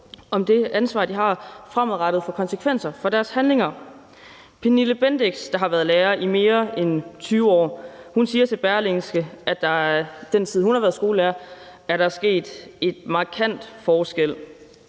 at deres handlinger fremadrettet får konsekvenser for dem. Pernille Bendix, der har været lærer i mere end 20 år, siger til Berlingske, at der er sket en markant